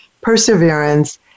perseverance